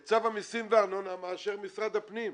את צו המסים והארנונה מאשר משרד הפנים.